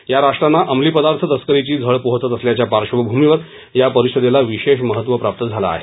या राष्ट्रांना अंमली पदार्थ तस्करीची झळ पोहचत असल्याच्या पार्श्वभूमीवर या परिषदेला विशेष महत्त्व प्राप्त झालं आहे